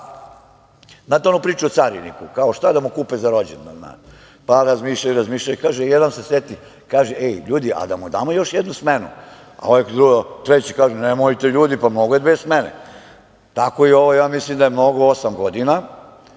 znate onu priču o cariniku, kao šta da mu kupe za rođendan. Pa razmišljaju, razmišljaju i jedan se seti i kaže – ej, ljudi, a da mu damo još jednu smenu. Ovaj treći kaže – nemojte ljudi, pa mnogo je dve smene. Tako i ovo, mislim da je mnogo osam godina